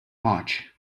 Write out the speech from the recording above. much